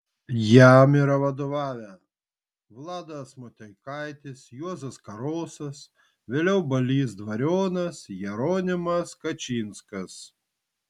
jam yra vadovavę vladas motiekaitis juozas karosas vėliau balys dvarionas jeronimas kačinskas